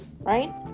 right